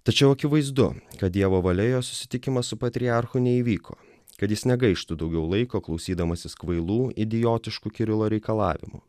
tačiau akivaizdu kad dievo valia jo susitikimas su patriarchu neįvyko kad jis negaištų daugiau laiko klausydamasis kvailų idiotiškų kirilo reikalavimų